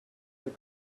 the